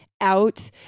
out